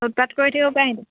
উৎপাত কৰি থাকিব পায় সিহঁতে